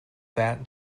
that